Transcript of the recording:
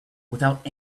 without